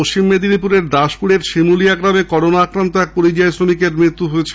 পশ্চিম মেদিনীপুরের দাসপুরের শিমুলিয়া গ্রামে করোনা আক্রান্ত এক পরিযায়ী শ্রমিকের মৃত্যু হয়েছে